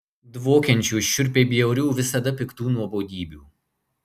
dvokiančių šiurpiai bjaurių visada piktų nuobodybių